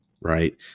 right